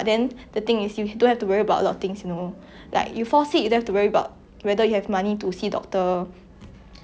then ya it's just it's not 不可以买幸福 but 可以 like 买 security lah